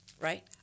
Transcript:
right